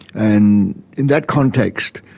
and in that context,